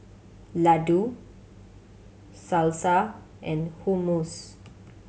Ladoo Salsa and Hummus